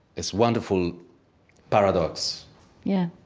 it's wonderful paradox yeah.